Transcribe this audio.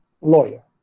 lawyer